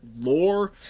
Lore